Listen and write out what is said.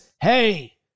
hey